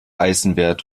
eisenwert